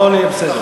מה עם התשתיות?